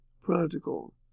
practical